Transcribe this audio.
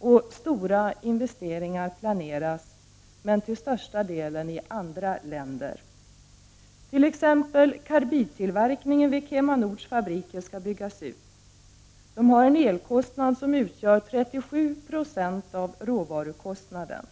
och stora investeringar planeras, men till största delen i andra länder. Som exempel kan nämnas att karbidtillverkningen vid KemaNords fabriker skall byggas ut. Företaget har en elkostnad som utgör 37 96 av råvarukostnaden.